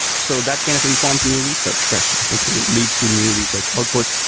so that kind of informs new research questions. it leads to new research outputs,